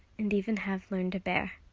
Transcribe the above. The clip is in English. and even have learned to bear.